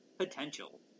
Potential